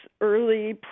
early